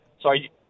sorry